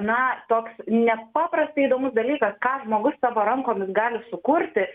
na toks nepaprastai įdomus dalykas ką žmogus savo rankomis gali sukurti